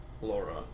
Laura